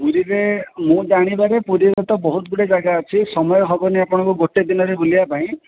ପୁରୀରେ ମୁଁ ଜାଣିବାରେ ପୁରୀରେ ତ ବହୁତ ଗୁଡ଼ାଏ ଜାଗା ଅଛି ସମୟ ହେବନି ଆପଣଙ୍କୁ ଗୋଟେ ଦିନରେ ବୁଲିବା ପାଇଁ